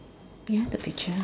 behind the picture